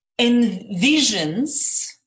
envisions